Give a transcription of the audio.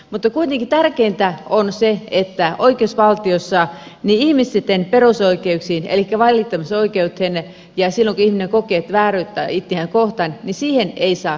mutta kuitenkin tärkeintä on se että oikeusvaltiossa ihmisten perusoikeuksiin elikkä valittamisoikeuteen silloin kun ihminen kokee että vääryyttä on itseä kohtaan ei saa koskea